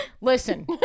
Listen